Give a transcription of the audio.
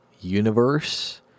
universe